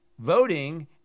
voting